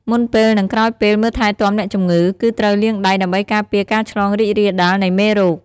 មុនពេល និងក្រោយពេល មើលថែទាំអ្នកជំងឺ គឺត្រូវលាងដៃដើម្បីការពារការឆ្លងរីករាលដាលនៃមេរោគ។